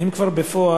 האם כבר בפועל,